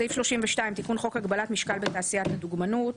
תיקון חוק32.בחוק הגבלת משקל בתעשיית הדוגמנות,